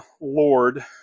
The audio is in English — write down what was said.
Lord